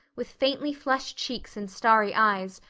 with faintly flushed cheeks and starry eyes,